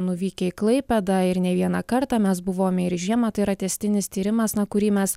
nuvykę į klaipėdą ir ne vieną kartą mes buvome ir žiemą tai yra tęstinis tyrimas na kurį mes